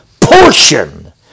portion